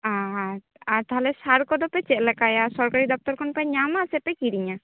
ᱟᱨᱻ ᱟᱨ ᱛᱟᱦᱚᱞᱮ ᱥᱟᱨ ᱠᱚᱫᱚᱯᱮ ᱪᱮᱫ ᱞᱮᱠᱟᱭᱟ ᱥᱚᱨᱠᱟᱨᱤ ᱫᱚᱯᱛᱚᱨ ᱠᱷᱚᱱ ᱯᱮ ᱧᱟᱢᱟ ᱥᱮᱯᱮ ᱠᱤᱨᱤᱧᱟ